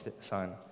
son